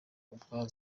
ubwabo